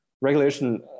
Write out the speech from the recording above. regulation